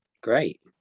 great